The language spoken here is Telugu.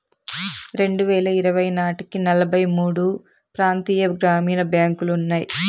రెండువేల ఇరవై నాటికి నలభై మూడు ప్రాంతీయ గ్రామీణ బ్యాంకులు ఉన్నాయి